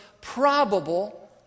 probable